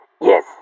Yes